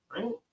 right